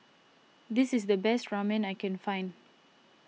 this is the best Ramen I can find